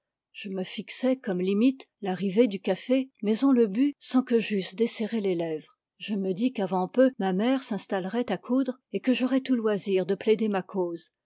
je me fixai comme limite l'arrivée du café mais on le but sans que j'eusse desserré les lèvres je me dis qu'avant peu ma mère s'installerait à coudre et que j'aurais tout loisir de plaider ma cause